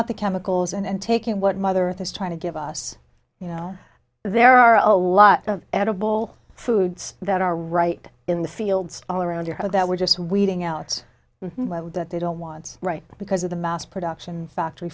out the chemicals and taking what mother earth is trying to give us you know there are a lot of edible foods that are right in the fields all around your house that we're just weeding out that they don't want right because of the mass production factory